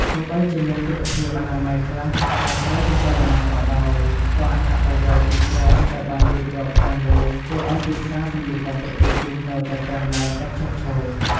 ទោះបីជាមានទិដ្ឋភាពអនាម័យខ្លះដែលត្រូវពិចារណាក៏ដោយ ក៏អត្ថប្រយោជន៍ជាច្រើនដែលបានរៀបរាប់ខាងលើធ្វើឱ្យទីផ្សារសម្លៀកបំពាក់ជជុះនៅតែកើនឡើងឥតឈប់ឈរ។